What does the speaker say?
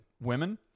women